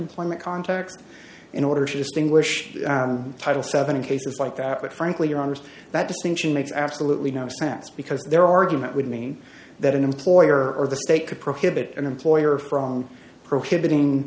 employment context in order to distinguish title seven in cases like that but frankly your honour's that distinction makes absolutely no sense because their argument would mean that an employer or the state could prohibit an employer from prohibiting